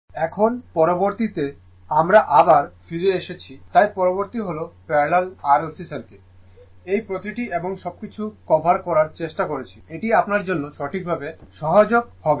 resonance and maximum power transfer theorem সুতরাং পরবর্তীতে আমরা আবার ফিরে এসেছি তাই পরবর্তী হল প্যারালাল RLC সার্কিট এই প্রতিটি এবং সবকিছু কভার করার চেষ্টা করছি এটি আপনার জন্য সঠিকভাবে সহায়ক হবে